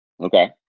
Okay